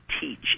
teach